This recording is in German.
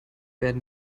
werden